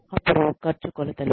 అప్పుడు ఖర్చు కొలతలు